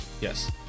Yes